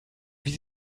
wie